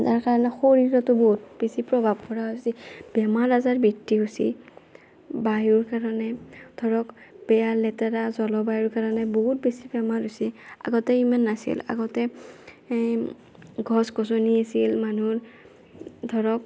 যাৰ কাৰণে শৰীৰতো বহুত বেছি প্ৰভাৱ পৰা হৈছি বেমাৰ আজাৰ বৃদ্ধি হৈছি বায়ুৰ কাৰণে ধৰক বেয়া লেতেৰা জলবায়ুৰ কাৰণে বহুত বেছি বেমাৰ হৈছি আগতে ইমান নাছিল আগতে গছ গছনি আছিল মানুহৰ ধৰক